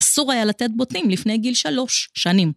ההצגה היתה מוזרה מאד, הזמרים (חוץ מאחת) לא היו משהו בכלל